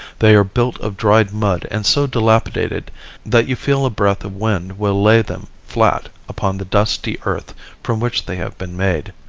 they are built of dried mud and so dilapidated that you feel a breath of wind will lay them flat upon the dusty earth from which they have been made.